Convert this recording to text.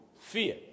fear